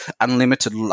unlimited